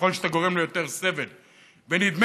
ככל שאתה גורם ליותר סבל.